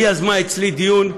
היא יזמה אצלי דיון,